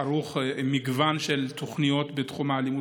ערוך עם מגוון של תוכניות בתחום אלימות